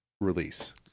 release